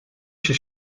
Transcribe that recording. się